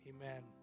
Amen